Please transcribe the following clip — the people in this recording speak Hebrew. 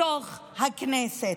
לתוך הכנסת.